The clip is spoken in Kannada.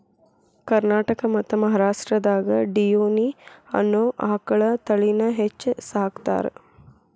ಕರ್ನಾಟಕ ಮತ್ತ್ ಮಹಾರಾಷ್ಟ್ರದಾಗ ಡಿಯೋನಿ ಅನ್ನೋ ಆಕಳ ತಳಿನ ಹೆಚ್ಚ್ ಸಾಕತಾರ